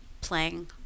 playing